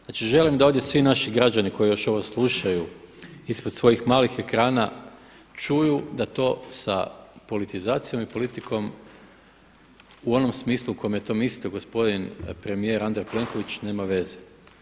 Znači želim da ovdje svi naši građani koji ovo još slučaju ispred svojih malih ekrana čuju da to sa politizacijom i politikom u onom smislu u kojem je to mislio gospodin premijer Andrej Plenković nema veze.